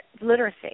literacy